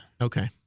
Okay